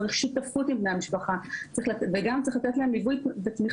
צריך שותפות עם בני המשפחה וגם צריך לתת להם ליווי ותמיכה